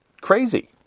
crazy